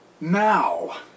Now